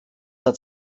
hat